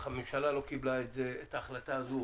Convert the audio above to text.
אך הממשלה לא קיבלה את ההחלטה הזו